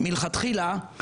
מלכתחילה,